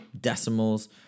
decimals